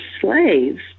slaves